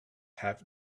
have